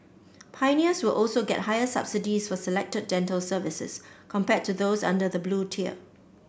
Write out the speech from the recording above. pioneers will also get higher subsidies for selected dental services compared to those under the Blue Tier